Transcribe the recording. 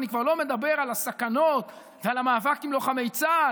אני כבר לא מדבר על הסכנות ועל המאבק עם לוחמי צה"ל